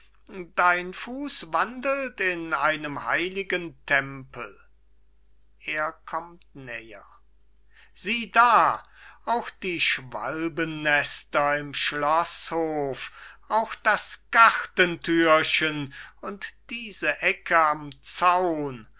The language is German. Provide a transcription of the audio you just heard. dein fuß wandelt in einem heiligen tempel er kommt näher sieh da auch die schwalbennester im schloßhof auch das gartenthürchen und diese ecke am zaun